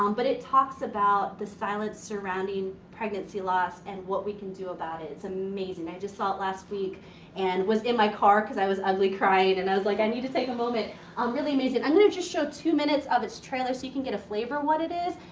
um but it talks about the silence surrounding pregnancy loss and what we can do about it. it's amazing. i just saw it last week and was in my car cause i was ugly crying and i was like i need to take a moment. um really amazing. i'm gonna just show two minutes of its trailer so you can get a flavor of what it is.